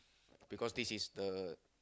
because this is the